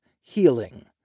healing